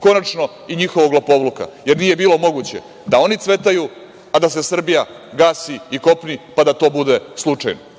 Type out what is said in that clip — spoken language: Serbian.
konačno, i njihovog lopovluka, jer nije bilo moguće da oni cvetaju, a da se Srbija gasi i kopni, pa da to bude slučajno.